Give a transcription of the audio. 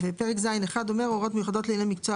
פרק ז'1 אומר: הוראות מיוחדות לעניין מקצוע